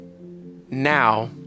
now